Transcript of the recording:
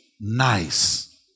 nice